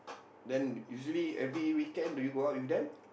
then usually every weekend do you go out with them